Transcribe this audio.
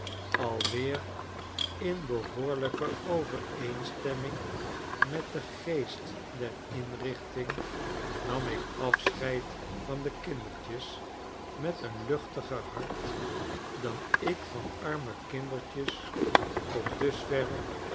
alweer in behoorlijke overeenstemming met den geestderinrichting namik afscheid van de kindertjes met een luchtiger hart dan ik van arme kindertjes tot dusverre